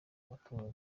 baturage